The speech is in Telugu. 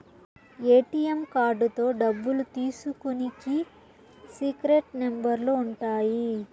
ఏ.టీ.యం కార్డుతో డబ్బులు తీసుకునికి సీక్రెట్ నెంబర్లు ఉంటాయి